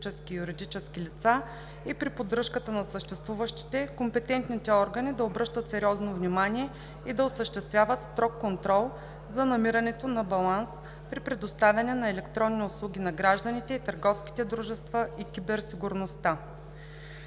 и при поддръжката на съществуващите, компетентните органи да обръщат сериозно внимание и да осъществяват строг контрол за намирането на баланс при предоставяне на електронни услуги на гражданите, търговските дружества и киберсигурността;